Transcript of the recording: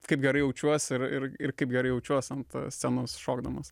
kaip gerai jaučiuosi ir ir kaip gerai jaučiuos ant scenos šokdamas